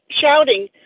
shouting